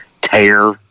tear